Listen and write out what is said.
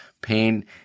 Pain